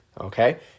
okay